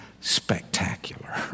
spectacular